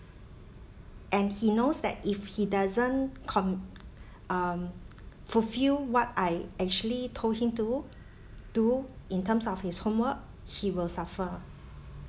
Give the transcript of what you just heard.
and he knows that if he doesn't com~ um fulfill what I actually told him to do in terms of his homework he will suffer